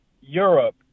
europe